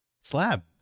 slab